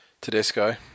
Tedesco